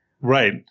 Right